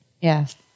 Yes